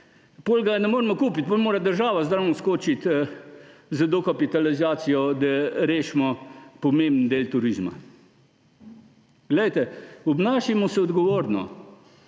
ga ne moremo kupiti, potem mora država zraven skočiti z dokapitalizacijo, da rešimo pomemben del turizma. Poglejte, obnašajmo se odgovorno.